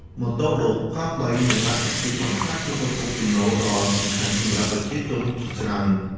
ម៉ូតូឌុប កង់បីនិងឡានតាក់ស៊ីបានក្លាយជាប្រភពចំណូលដ៏សំខាន់សម្រាប់ប្រជាជនជាច្រើន។